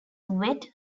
wet